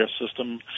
system